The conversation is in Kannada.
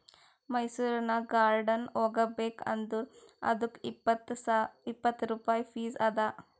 ಮೈಸೂರನಾಗ್ ಗಾರ್ಡನ್ ಹೋಗಬೇಕ್ ಅಂದುರ್ ಅದ್ದುಕ್ ಇಪ್ಪತ್ ರುಪಾಯಿ ಫೀಸ್ ಅದಾ